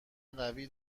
قوی